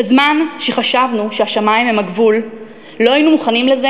בזמן שחשבנו שהשמים הם הגבול לא היינו מוכנים לזה